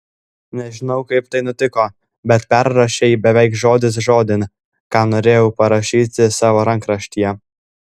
nežinau kaip tai nutiko bet perrašei beveik žodis žodin ką norėjau parašyti savo rankraštyje